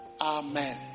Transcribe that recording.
Amen